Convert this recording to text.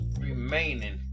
remaining